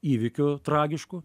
įvykiu tragišku